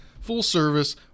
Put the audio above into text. full-service